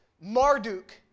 Marduk